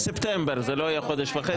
בספטמבר, זה לא יהיה חודש וחצי.